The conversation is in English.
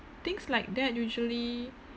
things like that usually